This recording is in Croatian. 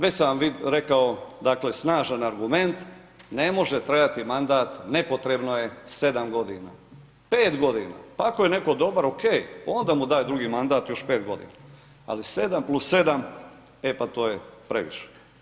Već sam vam rekao, dakle, snažan argument, ne može trajati mandat, nepotrebno je 7 godina, 5 godina, pa ako je netko dobar, ok, onda mu daj drugi mandat, još 5 godina, ali 7 plus 7 e pa to je previše.